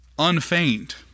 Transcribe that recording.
Unfeigned